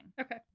okay